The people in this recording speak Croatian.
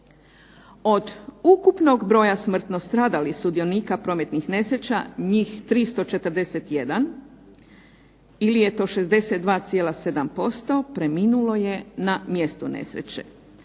Od ukupnog broja smrtno stradalih sudionika prometnih nesreća njih 341, ili je to 62,7% preminulo je na mjestu nesreće,